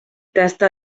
tasta